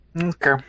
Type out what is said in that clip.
Okay